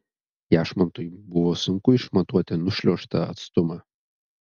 jašmontui buvo sunku išmatuoti nušliuožtą atstumą